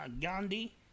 Gandhi